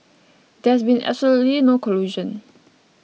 there's been absolutely no collusion